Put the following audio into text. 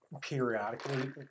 periodically